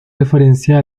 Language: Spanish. referencia